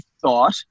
thought